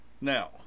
Now